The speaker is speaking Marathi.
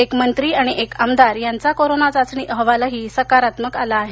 एक मंत्री आणि एक आमदार यांचा कोरोना चाचणी अहवालही सकारात्मक आला आहे